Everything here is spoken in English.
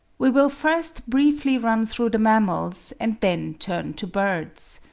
we will first briefly run through the mammals, and then turn to birds.